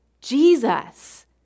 Jesus